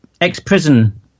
ex-prison